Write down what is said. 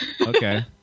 Okay